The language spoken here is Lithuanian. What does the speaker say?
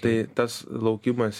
tai tas laukimas